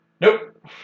Nope